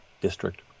district